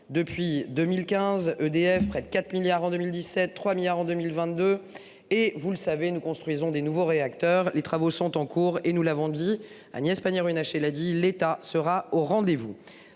depuis 2015, EDF près de 4 milliards en 2017, 3 milliards en 2022 et vous le savez, nous construisons des nouveaux réacteurs. Les travaux sont en cours et nous l'avons dit Agnès Pannier-Runacher là dit l'État sera au rendez-vous